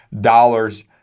dollars